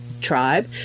tribe